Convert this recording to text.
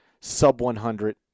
sub-100